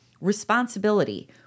Responsibility